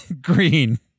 green